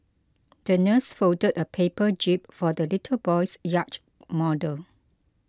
the nurse folded a paper jib for the little boy's yacht model